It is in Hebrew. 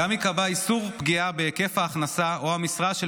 ייקבע גם איסור פגיעה בהיקף ההכנסה או המשרה של